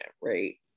right